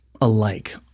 alike